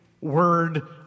Word